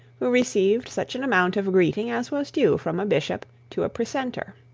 who received such an amount of greeting as was due from a bishop to a precentor.